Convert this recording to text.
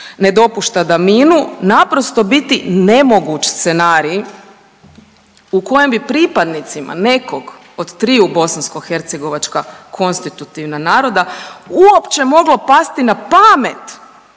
ne dopušta da minu naprosto biti nemoguć scenarij u kojem bi pripadnicima nekog od triju bosansko-hercegovačka konstitutivna naroda uopće moglo pasti na pamet